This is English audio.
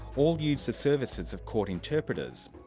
all use the services of court interpreters.